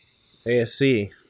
asc